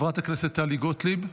חברת הכנסת טלי גוטליב,